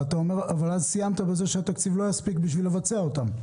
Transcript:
אבל אז סיימת בזה שהתקציב לא יספיק בשביל לבצע אותן.